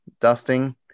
Dusting